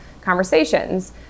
conversations